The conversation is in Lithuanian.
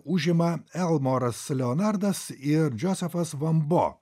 užima elmoras leonardas ir džozefas vanbo